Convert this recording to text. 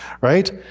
right